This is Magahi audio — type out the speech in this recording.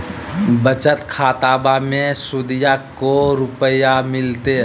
बचत खाताबा मे सुदीया को रूपया मिलते?